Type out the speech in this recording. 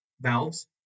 valves